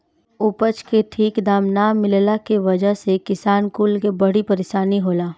उपज के ठीक दाम ना मिलला के वजह से किसान कुल के बड़ी परेशानी होला